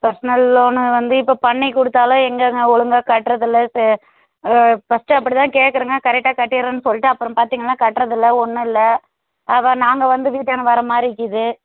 personal loan வந்து இப்போ பண்ணி கொடுத்தாலும் எங்கங்க ஒழுங்கா கட்டுறதில்ல செ ஃபஸ்ட்டு அப்படி தான் கேட்கறீங்க கரெக்டா கட்டிடுறேன்னு சொல்லிட்டு அப்புறம் பார்த்தீங்கன்னா கட்டுறது இல்லை ஒன்றும் இல்லை அதுதான் நாங்கள் வந்து வீட்டாண்ட வர்ற மாதிரிக்கீது